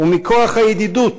ומכוח הידידות